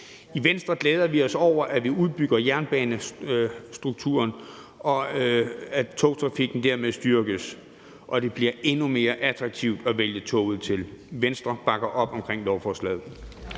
I Venstre glæder vi os over, at vi udbygger jernbaneinfrastrukturen, at togtrafikken dermed styrkes, og at det bliver endnu mere attraktivt at vælge toget til. Venstre bakker op om lovforslaget.